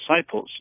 disciples